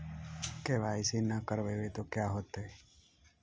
KYC न करवाई तो का हाओतै?